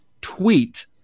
Tweet